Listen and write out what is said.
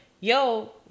Yo